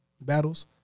battles